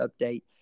update